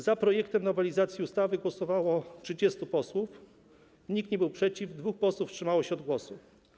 Za projektem nowelizacji ustawy głosowało 30 posłów, nikt nie był przeciw, dwóch posłów wstrzymało się od głosu.